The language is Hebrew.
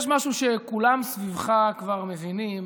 יש משהו שכולם סביבך כבר מבינים,